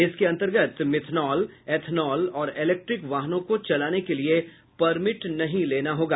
इसके अन्तर्गत methanol ethanol और इलेक्ट्रीक वाहनों को चलाने के लिए परमिट नहीं लेना होगा